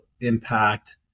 impact